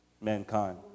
mankind